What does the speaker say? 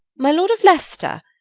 my lord of leicester,